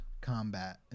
combat